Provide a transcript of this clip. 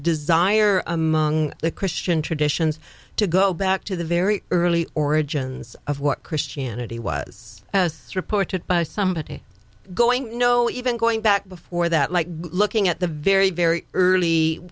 desire among the christian traditions to go back to the very early origins of what christianity was as reported by somebody going you know even going back before that like looking at the very very early